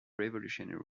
revolutionary